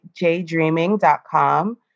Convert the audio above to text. jdreaming.com